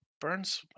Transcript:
Burns